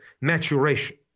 maturation